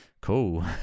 Cool